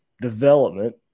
development